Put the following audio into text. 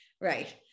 right